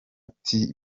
tea